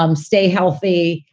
um stay healthy,